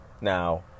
Now